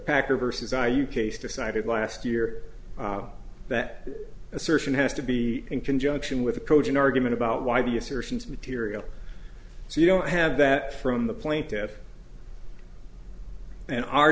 packer versus i you case decided last year that assertion has to be in conjunction with a cogent argument about why the assertions material so you don't have that from the plaintiffs in our